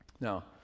Now